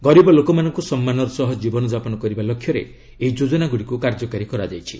ଗରିବ ଲୋକମାନଙ୍କୁ ସମ୍ମାନର ସହ ଜୀବନଯାପନ କରିବା ଲକ୍ଷ୍ୟରେ ଏହି ଯୋକନାଗୁଡ଼ିକୁ କାର୍ଯ୍ୟକାରୀ କରାଯାଇଛି